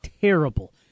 terrible